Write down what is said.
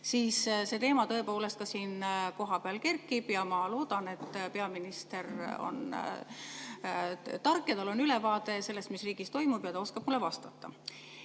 siis see teema tõepoolest ka siin kohapeal [avaneb] ja ma loodan, et peaminister on tark ja tal on ülevaade sellest, mis riigis toimub ja ta oskab mulle vastata.